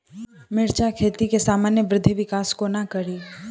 मिर्चा खेती केँ सामान्य वृद्धि विकास कोना करि?